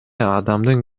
адамдын